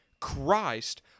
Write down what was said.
Christ